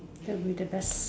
that will be the best